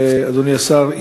אדוני השר,